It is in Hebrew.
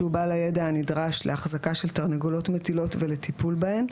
שהוא בעל הידע הנדרש להחזקה של תרנגולות מטילות ולטיפול בהן,